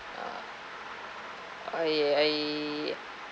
uh uh I I